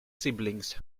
siblings